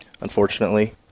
unfortunately